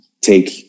take